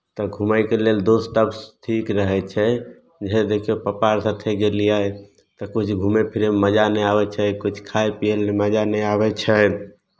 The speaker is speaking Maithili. तऽ घूमयके लेल दोस्तसभ ठीक रहै छै देखियौ पप्पा आओर साथे गेलियै तऽ किछु घूमय फिरयमे मजा नहि आबै छै किछु खाइ पियै लए मजा नहि आबै छै